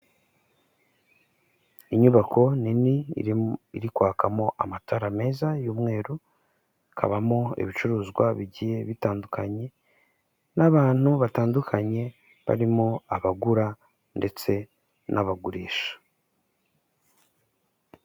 Inyubako nini iri kwakamo amatara meza y'umweru, ikabamo ibicuruzwa bigiye bitandukanye n'abantu batandukanye barimo abagura ndetse n'abagurisha.